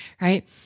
right